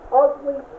ugly